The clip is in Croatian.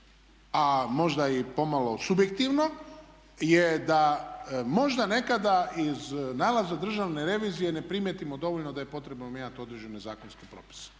a možda i pomalo subjektivno je da možda nekada iz nalaza Državne revizije ne primijetimo dovoljno da je potrebno mijenjati određene zakonske propise.